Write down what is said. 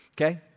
Okay